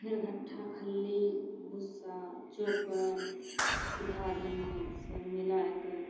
फेर घट्ठा खल्ली भुस्सा चोकर सुधा दाना सब मिलैके